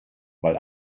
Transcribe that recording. weil